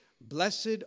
Blessed